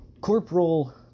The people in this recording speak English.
Corporal